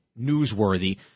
newsworthy